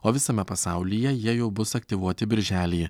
o visame pasaulyje jie jau bus aktyvuoti birželį